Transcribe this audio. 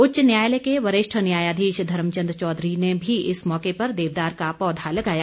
उच्च न्यायालय के वरिष्ठ न्यायाधीश धर्मचंद चौधरी ने भी इस मौके पर देवदार का पौधा लगाया